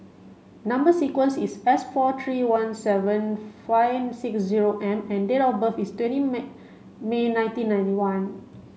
number sequence is S four three one seven five six zero M and date of birth is twenty May May nineteen ninety one